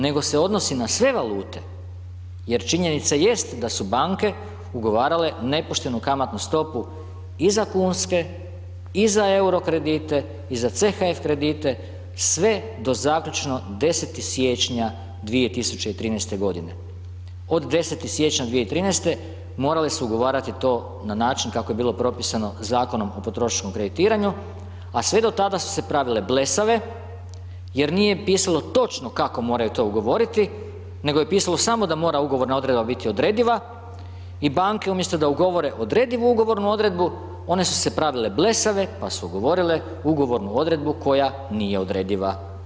Nego se odnosi na sve valute, jer činjenica jest da su banke ugovarale nepoštenu kamatnu stopu i za kunske i za euro kredite i za CHF kredite, sve do zaključno 10. siječnja 2013. g. Od 10. siječnja 2013. morale su ugovarati to na način kako je bilo propisano Zakonom o potrošačkom kreditiranju, a sve do tada su se pravile blesave, jer nije pisalo točno kako moraju to ugovoriti, nego je pisalo samo da ugovorna odredba mora biti odrediva i banke umjesto da ugovore odredivu ugovornu odredbu, one su se pravile blesave, pa su ugovorile ugovornu odredbu koja nije odrediva.